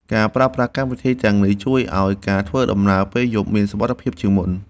ការប្រើប្រាស់កម្មវិធីទាំងនេះ ជួយឱ្យការធ្វើដំណើរពេលយប់មានសុវត្ថិភាពជាងមុន។